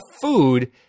food